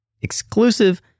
Exclusive